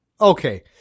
okay